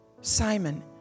Simon